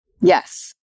Yes